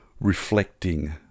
reflecting